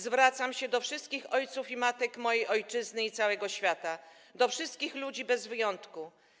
Zwracam się do wszystkich ojców i matek mojej ojczyzny i całego świata, do wszystkich ludzi bez wyjątku.